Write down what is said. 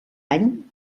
any